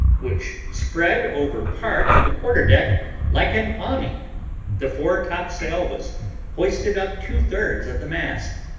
which spread over part of the quarter-deck like an awning the fore-topsail was hoisted up two-thirds of the mast,